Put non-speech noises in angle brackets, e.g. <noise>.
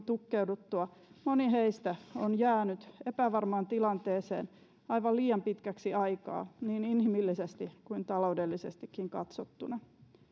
<unintelligible> tukkeuduttua moni heistä on jäänyt epävarmaan tilanteeseen aivan liian pitkäksi aikaa niin inhimillisesti kuin taloudellisestikin katsottuna